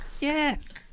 Yes